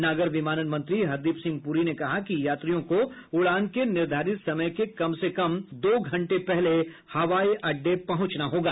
नागर विमानन मंत्री हरदीप सिंह पुरी ने कहा कि यात्रियों को उड़ान के निर्धारित समय के कम से कम दो घंटे पहले हवाई अड्डे पहुंचना होगा